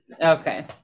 Okay